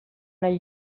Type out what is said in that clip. nahi